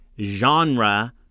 genre